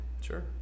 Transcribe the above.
Sure